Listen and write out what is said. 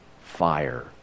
fire